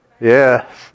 Yes